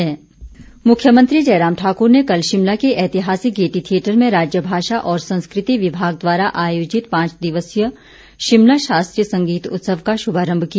शास्त्रीय संगीत उत्सव मुख्यमंत्री जयराम ठाकुर ने कल शिमला के ऐतिहासिक गेयटी थियेटर में राज्य भाषा और संस्कृति विभाग द्वारा आयोजित पांच दिवसीय शिमला शास्त्रीय संगीत उत्सव का शुभारंभ किया